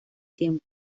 tiempo